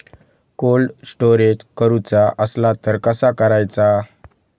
Cold storage करूचा असला तर कसा करायचा?